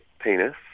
penis